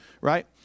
Right